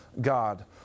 God